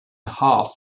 half